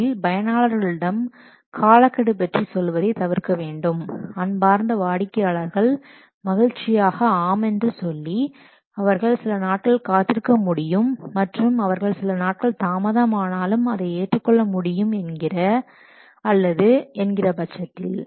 முதலில் பயனாளர்களிடம் காலக்கெடு பற்றி சொல்வதை தவிர்க்கவேண்டும் அன்பார்ந்த வாடிக்கையாளர்கள் மகிழ்ச்சியாக ஆமென்று சொல்லி அவர்கள் சில நாட்கள் காத்திருக்க முடியும் மற்றும் அவர்கள் சில நாட்கள் தாமதமானாலும் அதை ஏற்றுக்கொள்ள முடியும் என்கின்ற or என்ற பட்சத்தில்